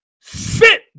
sit